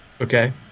Okay